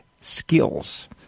skills